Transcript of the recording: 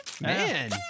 man